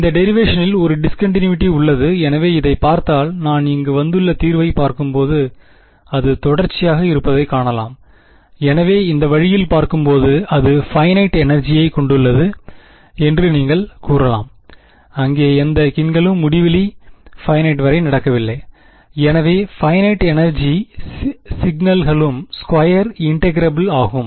இந்த டெரிவேஷனில் relation ஒரு டிஸ்கன்டினிவிட்டி உள்ளது எனவே இதைப் பார்த்தால் நான் இங்கு வந்துள்ள தீர்வைப் பார்க்கும்போது அது தொடர்ச்சியாக இருப்பதைக் காணலாம் எனவே இந்த வழியில் பார்க்கும்போது அது பைனைட் எனெர்ஜியை கொண்டுள்ளது என்று நீங்கள் கூறலாம் அங்கே எந்த கிங்களும் முடிவிலி பைனைட் எனர்ஜி வரை நடக்கவில்லை எனவே பைனைட் எனர்ஜி சிக்கனல்களும் ஸ்கொயர் இன்டெக்ரபில் ஆகும்